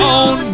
on